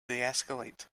deescalate